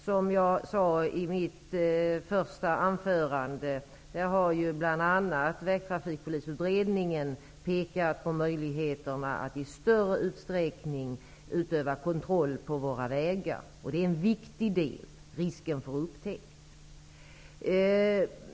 Som jag sade i mitt interpellationssvar har bl.a. Trafikpolisutredningen pekat på möjligheterna att i större utsträckning utöva kontroll på våra vägar. Risken för upptäckt är en viktig del.